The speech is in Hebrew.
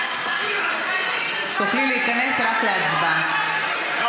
תוכלי להיכנס רק להצבעה.